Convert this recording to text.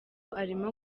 arimo